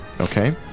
Okay